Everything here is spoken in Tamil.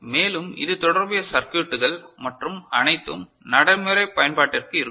மேலும் தொடர்புடைய சர்க்யூட்டுகள் மற்றும் அனைத்தும் நடைமுறை பயன்பாட்டிற்கு இருக்கும்